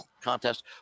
contest